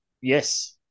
yes